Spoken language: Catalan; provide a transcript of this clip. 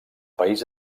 país